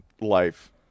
life